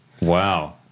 Wow